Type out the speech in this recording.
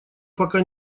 пока